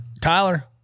Tyler